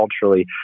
culturally